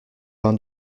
vain